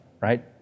right